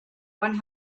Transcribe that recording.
one